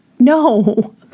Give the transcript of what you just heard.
No